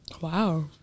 Wow